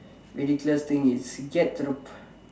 ridiculous thing is get to the